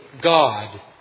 God